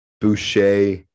Boucher